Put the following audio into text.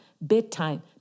bedtime